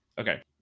Okay